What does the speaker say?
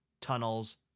tunnels